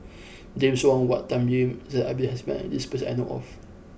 James Wong Tuck Yim Zainal Abidin has met this person that I know of